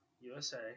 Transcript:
USA